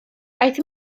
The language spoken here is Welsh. aeth